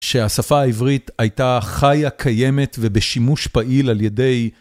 שהשפה העברית הייתה חיה קיימת ובשימוש פעיל על ידי